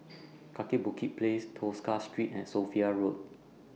Kaki Bukit Place Tosca Street and Sophia Road